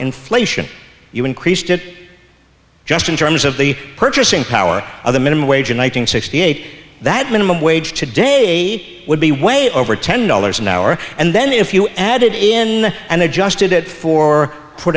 inflation you increased it just in terms of the purchasing power of the minimum wage and sixty eight that minimum wage today it would be way over ten dollars an hour and then if you added in and adjusted it for